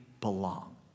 belong